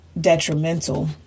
detrimental